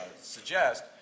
suggest